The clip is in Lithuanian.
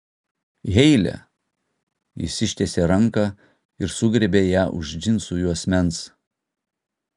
heile jis ištiesė ranką ir sugriebė ją už džinsų juosmens